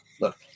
Look